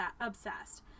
obsessed